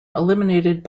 eliminated